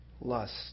lust